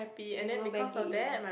you can go bank it in